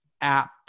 app